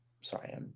Sorry